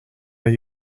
are